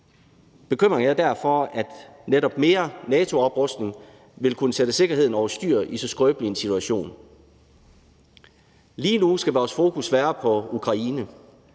Bekymringen er derfor, at netop mere NATO-oprustning vil kunne sætte sikkerheden over styr i så skrøbelig en situation. Lige nu skal vores fokus være på Ukraine.